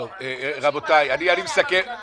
רבותיי, אני מסכם.